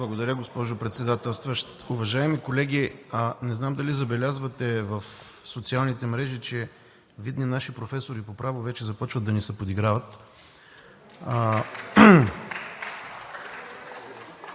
Благодаря, госпожо Председателстващ. Уважаеми колеги! Не знам дали забелязвате в социалните мрежи, че видни наши професори по право вече започват да ни се подиграват.